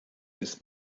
ist